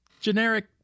generic